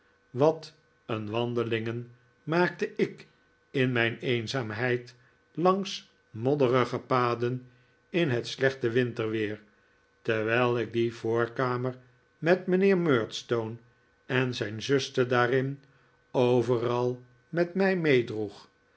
wat een wandelingen maakte ik in mijn eenzaamheid langs modderige paden in het slechte winterweer terwijl ik die voorkamer met mijnheer murdstone en zijn zuster daarin overal met mij